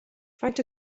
faint